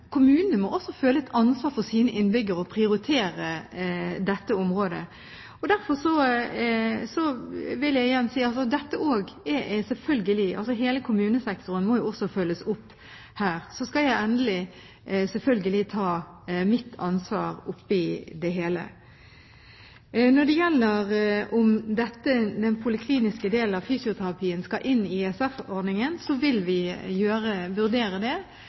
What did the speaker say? Kommunene må også føle et ansvar for sine innbyggere og prioritere dette området. Hele kommunesektoren må følges opp her. Så skal jeg selvfølgelig ta mitt ansvar oppe i det hele. Når det gjelder hvorvidt den polikliniske delen av fysioterapien skal inn i ISF-ordningen, vil vi vurdere det.